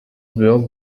built